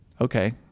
okay